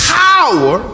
power